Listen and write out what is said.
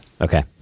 Okay